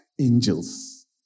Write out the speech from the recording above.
angels